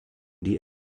die